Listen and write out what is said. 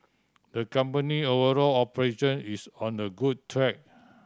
the company overall operation is on the good track